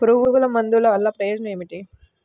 పురుగుల మందుల వల్ల ప్రయోజనం ఏమిటీ?